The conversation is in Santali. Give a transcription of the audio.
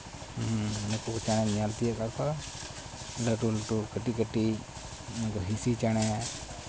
ᱱᱩᱠᱩ ᱪᱮᱬᱮᱧ ᱧᱮᱞ ᱛᱤᱭᱳᱜ ᱠᱟᱫ ᱠᱚᱣᱟ ᱞᱟᱹᱴᱩ ᱞᱟᱹᱴᱩ ᱠᱟᱹᱴᱤᱡ ᱠᱟᱹᱴᱤᱡ ᱦᱤᱸᱥᱤ ᱪᱮᱬᱮ